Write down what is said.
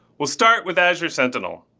we'll start with azure sentinel.